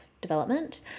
development